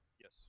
Yes